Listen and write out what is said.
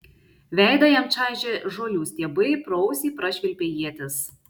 veidą jam čaižė žolių stiebai pro ausį prašvilpė ietis